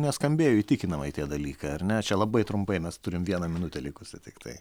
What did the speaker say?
neskambėjo įtikinamai tie dalykai ar ne čia labai trumpai mes turim vieną minutę likusią tiktai